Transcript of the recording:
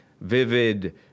vivid